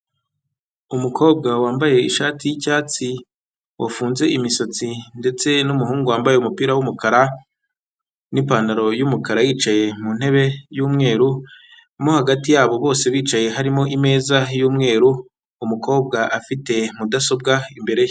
Umukobwa wambaye ishati y'icyatsi wafunze imisatsi ndetse n'umuhungu wambaye umupira w'umukara n'ipantaro y'umukara yicaye mu ntebe y'umweru mo hagati yabo bose bicaye harimo imeza y'umweru umukobwa afite mudasobwa imbere ye.